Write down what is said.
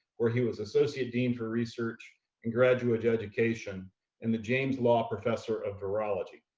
where he was associate dean for research and graduate education and the james law professor of virology.